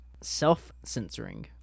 self-censoring